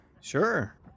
Sure